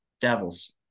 Devils